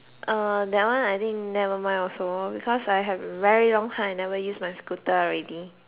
uh that one I think nevermind also because I have very long time I never use my scooter already